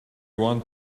one